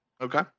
Okay